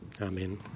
Amen